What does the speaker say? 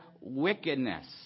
wickedness